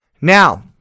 Now